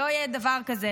שלא יהיה דבר כזה.